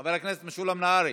חבר הכנסת משולם נהרי.